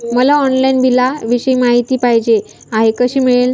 मला ऑनलाईन बिलाविषयी माहिती पाहिजे आहे, कशी मिळेल?